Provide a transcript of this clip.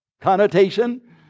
connotation